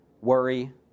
worry